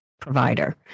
provider